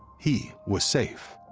he was safe.